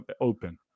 open